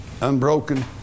unbroken